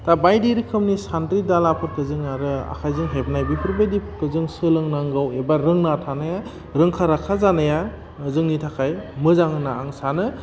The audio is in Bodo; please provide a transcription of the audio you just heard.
दा बायदि रोखोमनि सान्द्रि दालाफोरखौ जों आरो आखाइजों हेबनाय बेफोरबायदिफोरखौ जों सोलोंनांगौ एबा रोंना थानाया रोंखा राखा जानाया जोंनि थाखाय मोजां होन्ना आं सानो